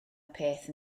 peth